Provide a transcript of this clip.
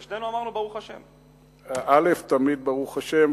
ושנינו אמרנו: ברוך השם.